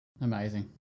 Amazing